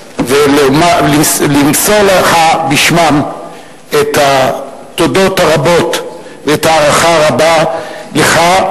ולמסור לך בשמם את התודות הרבות ואת ההערכה הרבה לך,